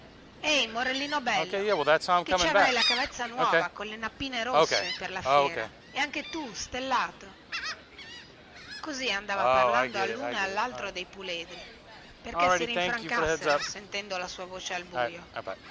ehi morellino bello che ci avrai la cavezza nuova colle nappine rosse per la fiera e anche tu stellato così andava parlando alluno e allaltro dei puledri perchè si rinfrancassero sentendo la sua voce al bujo